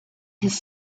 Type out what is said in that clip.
his